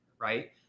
right